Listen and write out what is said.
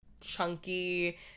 chunky